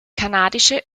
kanadische